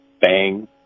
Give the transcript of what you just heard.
bang